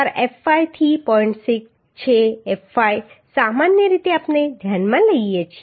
6fy સામાન્ય રીતે આપણે ધ્યાનમાં લઈએ છીએ